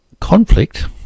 conflict